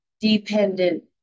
dependent